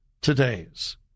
today's